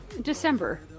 December